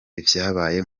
ivyabaye